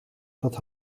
dat